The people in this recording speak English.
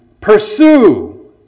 pursue